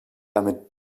damit